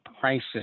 prices